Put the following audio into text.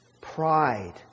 Pride